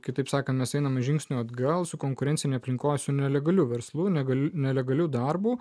kitaip sakant mes einame žingsnio atgal su konkurencine aplinkos su nelegaliu verslu negaliu nelegaliu darbu